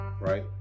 Right